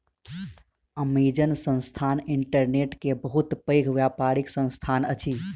Amazon संस्थान internet के बहुत पैघ व्यापारिक संस्थान अछि